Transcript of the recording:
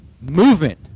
movement